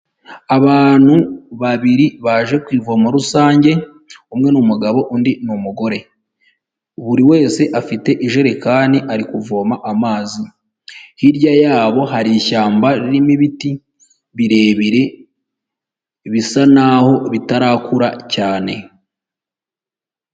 Abantu babiri baje kuvoma rusange umwe n'umugabo undi n'umugore buri wese afite ijerekani ari kuvoma amazi hirya yabo hari ishyamba ririmo ibiti birebire bisa naho bitarakura cyane.